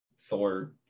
thor